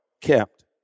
kept